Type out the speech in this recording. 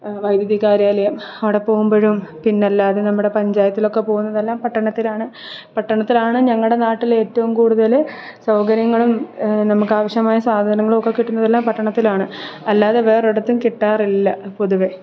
വൈദ്യുതി കാര്യാലയം അവിടെ പോകുമ്പോഴും പിന്നെ അല്ലാതെ നമ്മുടെ പഞ്ചായത്തിലോക്കെ പോവുന്നതെല്ലാം പട്ടണത്തിലാണ് പട്ടണത്തിലാണ് ഞങ്ങളുടെ നാട്ടിൽ ഏറ്റവും കൂടുതല് സൗകര്യങ്ങളും നമുക്ക് ആവശ്യമായ സാധനങ്ങളൊക്കെ കിട്ടുന്നതെല്ലാം പട്ടണത്തിലാണ് അല്ലാതെ വേറൊരിടത്തും കിട്ടാറില്ല പൊതുവേ